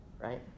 right